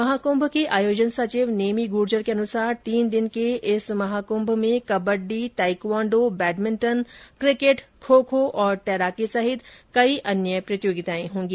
महाकुंभ के आयोजन सचिव नेमी गूर्जर के अनुसार तीन दिन के इस महाकृभ में kabaddi taekwondo badminton cricket kho kho और तैराकी सहित कई अन्य प्रतियोगिताएं होगी